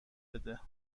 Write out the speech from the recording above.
بده